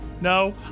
no